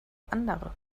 andere